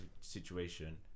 situation